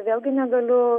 vėlgi negaliu